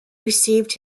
received